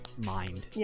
Mind